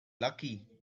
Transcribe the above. lucky